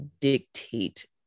Dictate